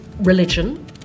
religion